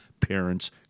parents